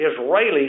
Israelis